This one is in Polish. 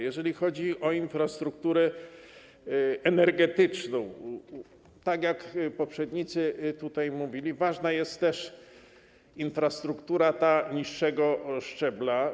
Jeżeli chodzi o infrastrukturę energetyczną, tak jak poprzednicy tutaj mówili, ważna jest też infrastruktura niższego szczebla.